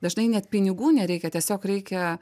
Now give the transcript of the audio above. dažnai net pinigų nereikia tiesiog reikia